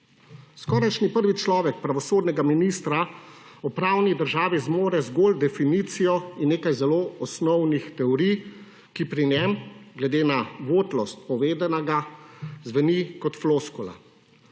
skorajšnji prvi človek pravosodnega ministra o pravni državi zmore zgolj definicijo in nekaj zelo osnovnih teorij, ki pri njem glede na votlost povedanega zveni kot floskula.